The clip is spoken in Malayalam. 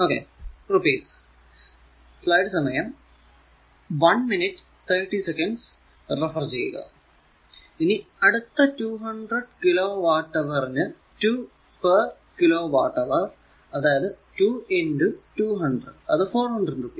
5 രൂപ ഇനി അടുത്ത 200 കിലോ വാട്ട് അവർ നു 2 പേർ കിലോ വാട്ട് അവർ അത് 2200 അത് 400 രൂപ